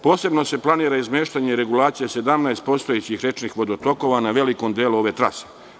Posebno se planira izmeštanje regulacije 17 postojećih rečnih vodotokova na velikom delu ove trase.